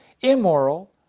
Immoral